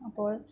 അപ്പോൾ